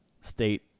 State